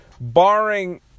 Barring